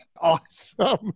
awesome